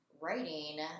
writing